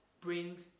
brings